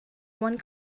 one